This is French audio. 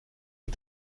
les